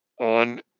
on